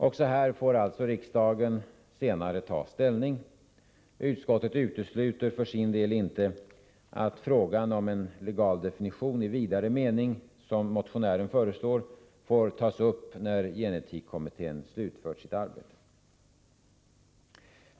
Också här får alltså riksdagen senare ta ställning. Utskottet utesluter emellertid inte att frågan om en legaldefinition i vidare mening, så som motionären föreslår, får tas upp när gen-etikkommittén slutfört sitt arbete.